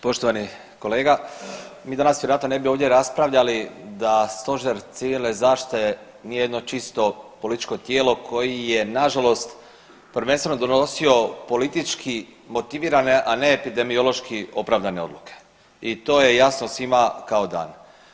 Poštovani kolega, mi danas vjerojatno ne bi ovdje raspravljali da Stožer civilne zaštite nije jedno čisto političko tijelo koji je nažalost prvenstveno donosio politički motivirane, a ne epidemiološki opravdane odluke i to je jasno svima kao dan.